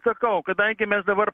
sakau kadangi mes dabar